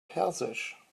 persisch